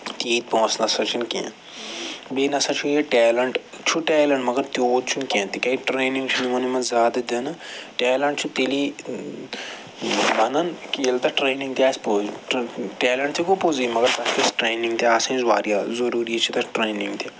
تیٖتۍ پونٛسہٕ نَہ سا چھِنہٕ کیٚنٛہہ بیٚیہِ نَہ سا چھُ ییٚتہِ ٹیلنٛٹ چھُ ٹیلنٛٹ مگر تیوٗت چھُنہٕ کیٚنٛہہ تِکیٛازِ ٹرٛینِنٛگ چھُنہٕ یِمَن زیادٕ دِنہٕ ٹیلنٛٹ چھُ تیٚلی بنَن کہِ ییٚلہِ تَتھ ٹرٛینِنٛگ تہِ آسہِ ٹیلنٛٹ تہِ گوٚو پوٚزٕے مگر تَتھ گٔژھ ٹرٛینِنٛگ تہِ آسٕنۍ وارِیاہ ضٔروٗری چھِ تَتھ ٹرٛینِنٛگ تہِ